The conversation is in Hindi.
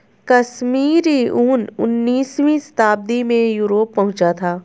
कश्मीरी ऊन उनीसवीं शताब्दी में यूरोप पहुंचा था